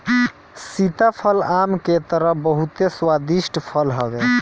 सीताफल आम के तरह बहुते स्वादिष्ट फल हवे